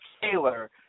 Taylor